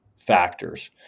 factors